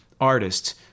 artists